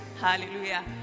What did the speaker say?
hallelujah